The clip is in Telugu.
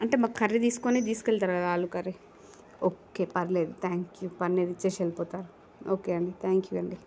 అంటే మాకు కర్రీ తీసుకొని తీసుకెళ్తారు కదా ఆలు కర్రీ ఓకే పరవాలేదు థ్యాంక్ యూ పన్నీరు ఇచ్చి వెళ్ళిపోతారు ఓకే అండి థ్యాంక్ యూ